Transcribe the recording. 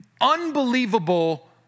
unbelievable